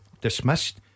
dismissed